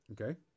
Okay